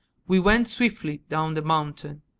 we went swiftly down the mountain.